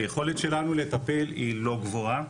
היכולת שלנו לטפל היא לא גבוהה,